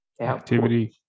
activity